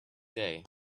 day